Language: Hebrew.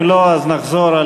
אם לא, נחזור על